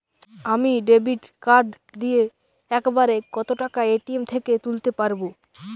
আমি debit card দিয়ে এক বারে কত টাকা এ.টি.এম থেকে তুলতে পারবো?